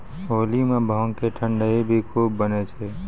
होली मॅ भांग के ठंडई भी खूब बनै छै